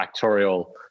factorial